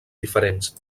diferents